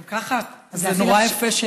גם ככה זה נורא יפה שנשארתם.